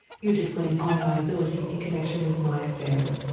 you disclaim all liability in connection with my affair?